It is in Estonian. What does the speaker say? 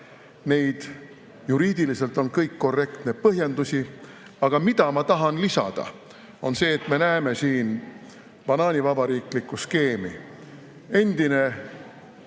neid "juriidiliselt on kõik korrektne" põhjendusi. Aga mida ma tahan lisada, on see, et me näeme siin banaanivabariigilikku skeemi. Endine